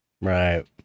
Right